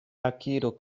akiro